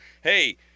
Hey